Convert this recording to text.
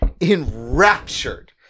enraptured